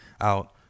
out